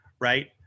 right